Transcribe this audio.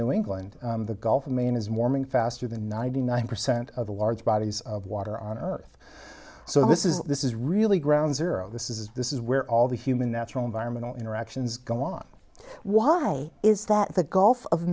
new england the gulf of maine is mormon faster than ninety nine percent of the large bodies of water on earth so this is this is really ground zero this is this is where all the human natural environmental interactions go on why is that the gulf of